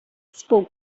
spoke